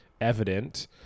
evident